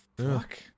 fuck